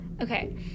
okay